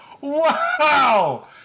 Wow